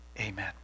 amen